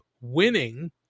winning